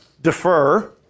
defer